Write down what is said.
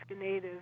Native